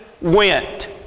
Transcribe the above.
went